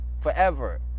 forever